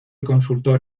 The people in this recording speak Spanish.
consultor